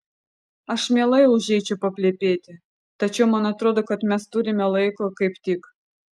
aš mielai užeičiau paplepėti tačiau man atrodo kad mes turime laiko kaip tik